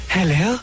Hello